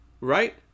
Right